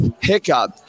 hiccup